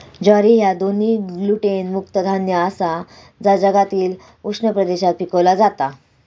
ज्वारी ह्या दोन्ही ग्लुटेन मुक्त धान्य आसा जा जगातील उष्ण प्रदेशात पिकवला जाता